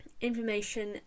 information